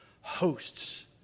hosts